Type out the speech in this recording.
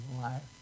life